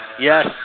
Yes